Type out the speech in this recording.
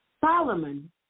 Solomon